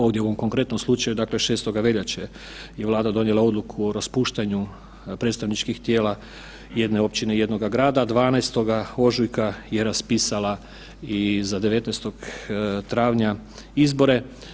Ovdje u konkretnom slučaju dakle 6. veljače je Vlada donijela odluku o raspuštanju predstavničkih tijela jedne općine i jednoga grada, 12. ožujka je raspisala i za 19. travnja izbore.